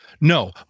No